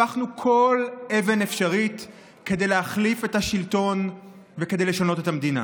הפכנו כל אבן אפשרית כדי להחליף את השלטון וכדי לשנות את המדינה.